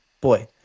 boy